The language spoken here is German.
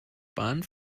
bahn